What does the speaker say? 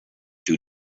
due